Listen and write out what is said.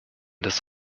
des